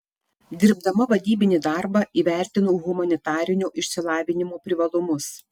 dirbdama vadybinį darbą įvertinau humanitarinio išsilavinimo privalumus